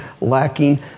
lacking